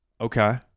okay